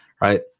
right